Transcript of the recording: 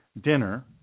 dinner